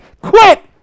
quit